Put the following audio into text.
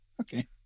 Okay